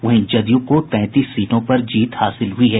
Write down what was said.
वहीं जदयू को तैंतीस सीटों पर जीत हासिल हुई है